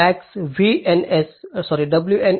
Max WNS